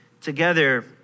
together